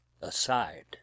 aside